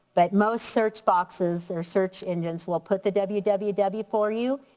but most search boxes or search engines will put the w w w for you.